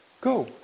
Go